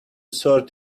sort